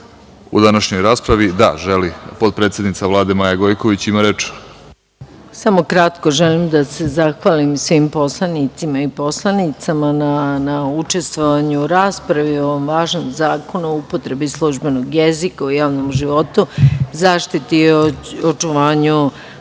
u današnjoj raspravi. Potpredsednica Vlade Maja Gojković ima reč. **Maja Gojković** Samo kratko. Želim da se zahvalim svim poslanicima i poslanicama na učestvovanju u raspravi o ovom važnom Zakonu o upotrebi službenog jezika u javnom životu, zaštiti i očuvanju